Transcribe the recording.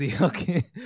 Okay